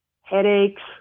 headaches